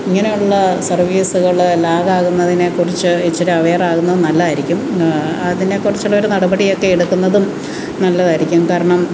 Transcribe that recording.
ഇങ്ങനെയുള്ള സർവീസുകൾ ലാഗാകുന്നതിനെക്കുറിച്ച് ഇച്ചിരി അവേറാകുന്നത് നല്ലതായിരിക്കും അതിനെക്കുറിച്ചുള്ളൊരു നടപടിയൊക്കെ എടുക്കുന്നതും നല്ലതായിരിക്കും കാരണം